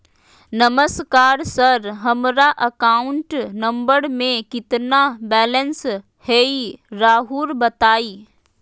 नमस्कार सर हमरा account number में कितना बैलेंस हेई राहुर बताई?